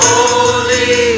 Holy